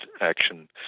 action